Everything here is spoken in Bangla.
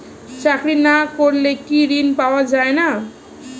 চাকরি না করলে কি ঋণ পাওয়া যায় না?